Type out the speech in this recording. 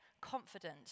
confident